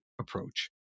approach